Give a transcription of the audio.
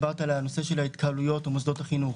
דיברת על הנושא של ההתקהלויות או מוסדות החינוך.